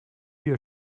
ihr